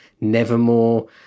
Nevermore